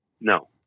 no